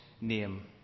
name